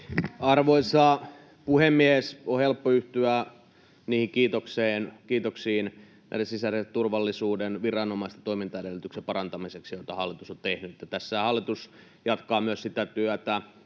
Arvoisa puhemies! On helppo yhtyä kiitoksiin sisäisen turvallisuuden viranomaisten toimintaedellytyksien parantamiseksi, jota hallitus on tehnyt. Tässähän hallitus jatkaa sitä työtä